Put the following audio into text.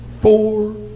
four